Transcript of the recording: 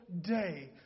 day